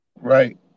Right